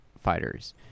fighters